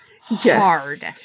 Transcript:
hard